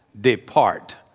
depart